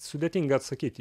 sudėtinga atsakyti į